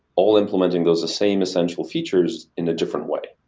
all implementing those same essential features in a different way.